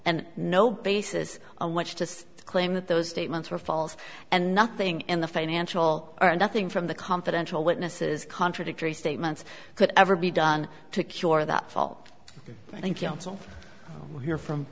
and no basis on which to claim that those statements were false and nothing in the financial or nothing from the confidential witnesses contradictory statements could ever be done to cure that fall i think you hear from